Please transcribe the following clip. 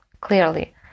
clearly